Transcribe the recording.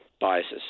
biases